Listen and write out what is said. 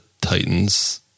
Titans